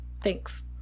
Thanks